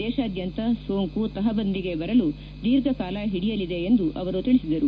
ದೇಶಾದ್ಯಂತ ಸೋಂಕು ತಹಬಂಧಿಗೆ ಬರಲು ದೀರ್ಘಕಾಲ ಹಿಡಿಯಲಿದೆ ಎಂದು ಅವರು ತಿಳಿಸಿದರು